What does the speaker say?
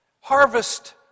harvest